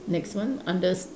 next one under